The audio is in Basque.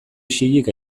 isilik